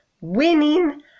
winning